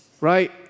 Right